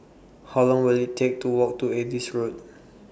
How Long Will IT Take to Walk to Adis Road